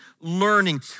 learning